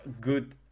good